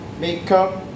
makeup